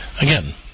Again